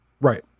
Right